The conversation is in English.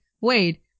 wait